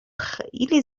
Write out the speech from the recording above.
خیلی